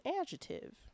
adjective